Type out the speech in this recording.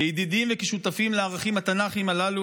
כידידים וכששותפים לערכים התנ"כיים הללו